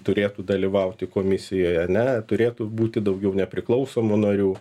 turėtų dalyvauti komisijoje ar ne turėtų būti daugiau nepriklausomų narių